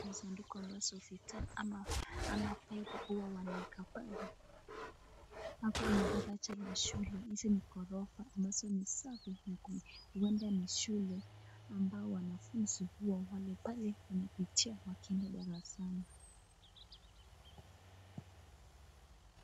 Sanduku ambalo safi ama ama faida huwa wanaweka pale. Hapa ni daraja la shule. Hizi ni ghorofa ambazo ni safi na huenda ni shule ambao wanafunzi huwa wanapitia wakienda darasani.